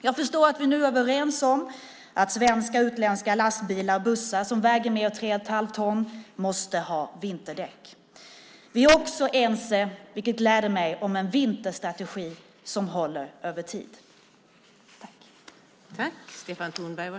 Jag förstår att vi nu är överens om att svenska och utländska lastbilar och bussar som väger mer än tre och ett halvt ton måste ha vinterdäck. Vi är också ense om en vinterstrategi som håller över tid. Det gläder mig.